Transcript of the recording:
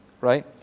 Right